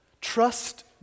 trust